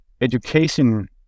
education